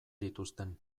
dituzten